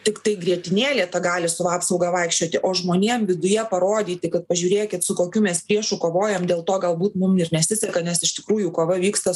tiktai grietinėlė gali su apsauga vaikščioti o žmonėm viduje parodyti kad pažiūrėkit su kokiu mes priešu kovojam dėl to galbūt mum ir nesiseka nes iš tikrųjų kova vyksta